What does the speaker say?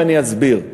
ואני אסביר.